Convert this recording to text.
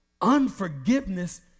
Unforgiveness